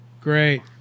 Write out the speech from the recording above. Great